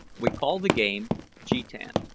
we call the game jetan.